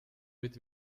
mit